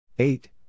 Eight